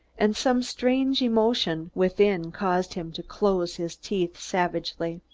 and some strange emotion within caused him to close his teeth savagely.